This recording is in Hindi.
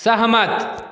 सहमत